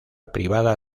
privada